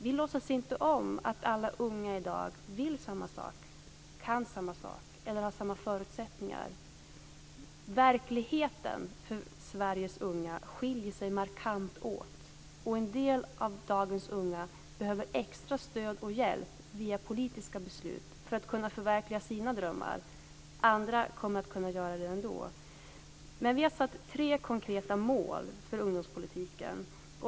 Vi låtsas inte att alla unga i dag vill samma saker, kan samma saker eller har samma förutsättningar. Verkligheten skiljer sig markant för Sveriges unga. En del av dagens unga behöver extra stöd och hjälp via politiska beslut för att kunna förverkliga sina drömmar. Andra kommer att kunna göra det ändå. Vi har satt upp tre konkreta mål för ungdomspolitiken.